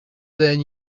than